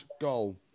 Goal